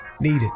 needed